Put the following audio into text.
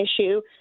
issue